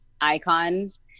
icons